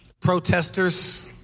protesters